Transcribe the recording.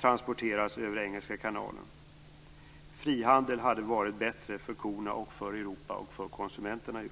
transporteras över Engelska kanalen. Frihandel hade varit bättre för korna, för Europa och för de europeiska konsumenterna.